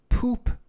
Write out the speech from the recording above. Poop